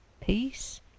peace